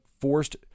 forced